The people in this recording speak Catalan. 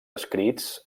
escrits